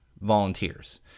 volunteers